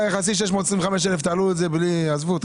אם זה היה 625,000 תעלו את זה בלי עזבו אתכם.